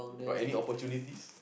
got any opportunities